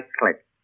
click